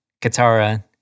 Katara